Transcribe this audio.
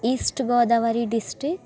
east Godavari district